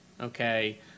okay